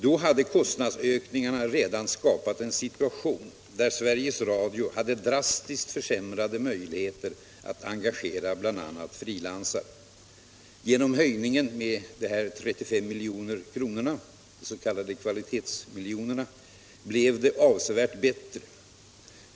Då hade kostnadsökningarna redan skapat en situation där Sveriges Radio hade drastiskt försämrade möjligheter att engagera bl.a. frilansare. Genom höjningen med 35 miljoner, de s.k. kvalitetsmiljonerna, blev det avsevärt bättre.